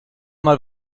mal